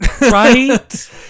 right